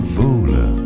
vola